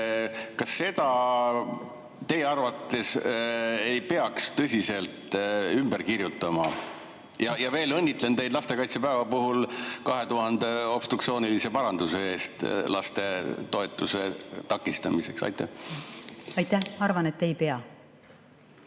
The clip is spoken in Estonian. Kas seda teie arvates ei peaks [kõvasti] ümber kirjutama? Ja veel õnnitlen teid lastekaitsepäeva puhul 2000 obstruktsioonilise paranduse eest lastetoetuste takistamiseks! Ma arvan, et ei pea.